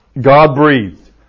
God-breathed